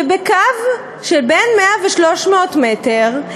שבקו שבין 100 ו-300 מטר,